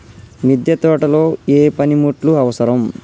మిద్దె తోటలో ఏ పనిముట్లు అవసరం?